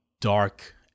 dark